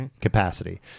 capacity